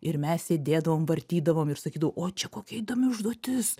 ir mes sėdėdavom vartydavom ir sakydavau o čia kokia įdomi užduotis